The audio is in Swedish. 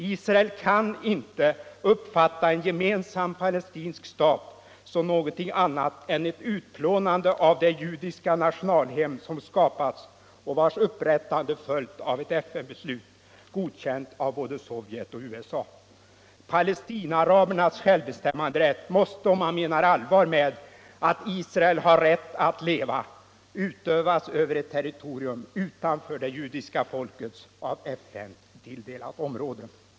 Israel kan inte uppfatta en gemensam palestinsk stat som någonting annat än ett utplånande av det judiska nationalhem som skapats och vars upprättande följt på ett FN-beslut, godkänt av både Sovjet och USA. Palestinaarabernas självbestämmanderätt måste — om man menar allvar med att Israel har rätt att leva — utövas över ett territorium utanför det judiska folkets av FN tilldelade område.